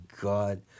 God